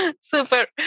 Super